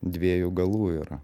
dviejų galų yra